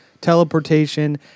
teleportation